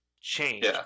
Change